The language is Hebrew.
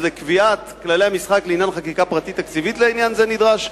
אז לקביעת כללי המשחק לעניין חקיקה פרטית תקציבית לעניין זה נדרש?